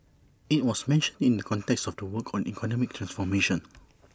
IT was mentioned in the context of the work on economic transformation